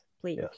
please